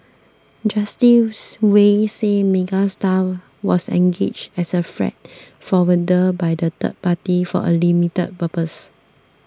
Justice Wei said Megastar was engaged as a freight forwarder by the third party for a limited purpose